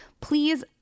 please